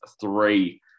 three